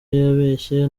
yabeshye